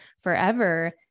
forever